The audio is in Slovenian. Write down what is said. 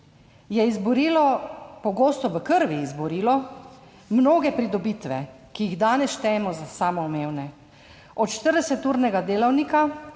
je izborilo, pogosto v krvi, izborilo mnoge pridobitve, ki jih danes štejemo za samoumevne od 40 urnega delavnika,